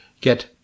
get